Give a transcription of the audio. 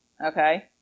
Okay